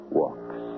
walks